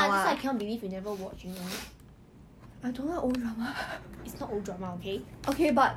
cause 我看到在 Youtube 有个视频 right is like the bloopers